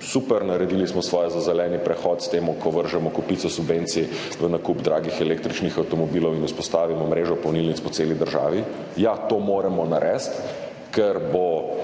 super, naredili smo svoje za zeleni prehod, s tem, ko vržemo kopico subvencij v nakup dragih električnih avtomobilov in vzpostavimo mrežo polnilnic po celi državi. Ja, to moramo narediti, ker bo